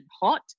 hot